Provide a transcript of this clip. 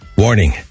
Warning